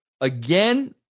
again